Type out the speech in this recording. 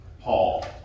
Paul